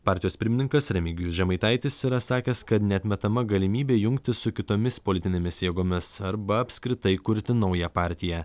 partijos pirmininkas remigijus žemaitaitis yra sakęs kad neatmetama galimybė jungtis su kitomis politinėmis jėgomis arba apskritai kurti naują partiją